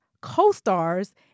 co-stars